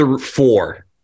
four